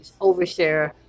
overshare